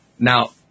Now